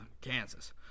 Kansas